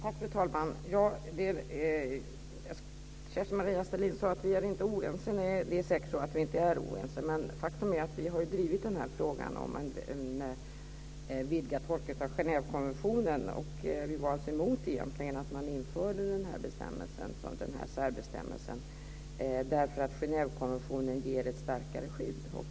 Fru talman! Kerstin-Maria Stalin sade att vi inte är oense. Nej, det är vi säkert inte. Men faktum är att vi har drivit frågan om en vidgad tolkning av Genèvekonventionen. Vi var alltså egentligen emot att man införde den här särbestämmelsen, eftersom Genèvekonventionen ger ett starkare skydd.